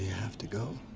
have to go?